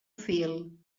fil